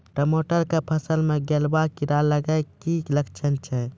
टमाटर के फसल मे गलुआ कीड़ा लगे के की लक्छण छै